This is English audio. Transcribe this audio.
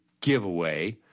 giveaway